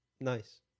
Nice